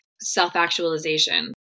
self-actualization